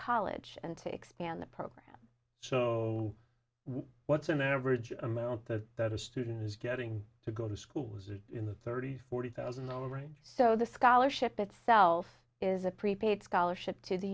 college and to expand the program so what's an average amount that that a student is getting to go to school in the thirty forty thousand all right so the scholarship itself is a prepaid scholarship to the